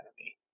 enemy